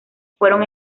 fueron